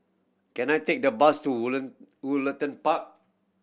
can I take the bus to Woollerton Park